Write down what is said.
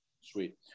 Sweet